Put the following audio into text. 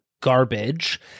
garbage